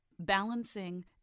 Balancing